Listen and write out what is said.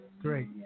Great